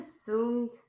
assumed